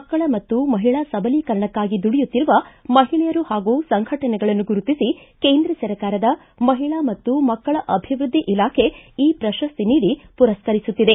ಮಕ್ಕಳು ಮತ್ತು ಮಹಿಳಾ ಸಬಲೀಕರಣಕ್ಕಾಗಿ ದುಡಿಯುತ್ತಿರುವ ಮಹಿಳೆಯರು ಹಾಗೂ ಸಂಘಟನೆಗಳನ್ನು ಗುರುತಿಸಿ ಕೇಂದ್ರ ಸರ್ಕಾರದ ಮಹಿಳಾ ಮತ್ತು ಮಕ್ಕಳ ಅಭಿವೃದ್ದಿ ಇಲಾಖೆ ಈ ಪ್ರಶಸ್ತಿ ನೀಡಿ ಪುರಸ್ನರಿಸುತ್ತಿದೆ